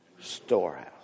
Storehouse